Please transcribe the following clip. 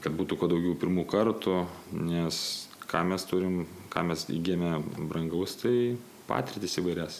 kad būtų kuo daugiau pirmų kartų nes ką mes turim ką mes įgyjame brangaus tai patirtis įvairias